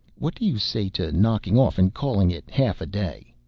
what do you say to knocking off and calling it half a day?